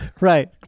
Right